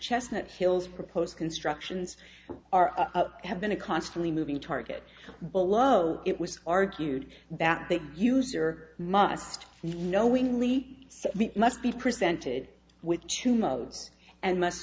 chestnut hills proposed constructions are have been a constantly moving target below it was argued that the user must be knowingly must be presented with two modes and mu